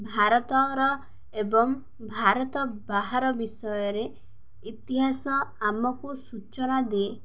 ଭାରତର ଏବଂ ଭାରତ ବାହାର ବିଷୟରେ ଇତିହାସ ଆମକୁ ସୂଚନା ଦିଏ